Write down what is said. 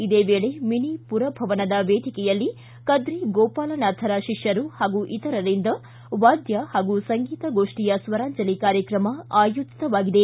ಇದೇ ವೇಳೆ ಮಿನಿ ಪುರಭವನದ ವೇದಿಕೆಯಲ್ಲಿ ಕದ್ರಿ ಗೋಪಾಲನಾಥರ ಶಿಷ್ಟರು ಹಾಗೂ ಇತರರಿಂದ ವಾದ್ಯ ಹಾಗೂ ಸಂಗೀತ ಗೋಷ್ಠಿಯ ಸ್ವರಾಂಜಲಿ ಕಾರ್ಯಕ್ರಮ ಆಯೋಜಿತವಾಗಿದೆ